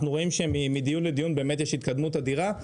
אנחנו רואים שמדיון לדיון באמת יש התקדמות אדירה,